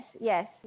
yes